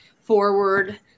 forward